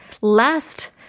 last